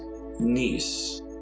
niece